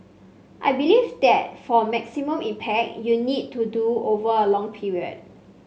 I believe that for maximum impact you need to do over a long period